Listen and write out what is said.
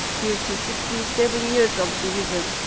due to sixty seven years of division.